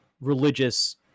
religious